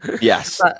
Yes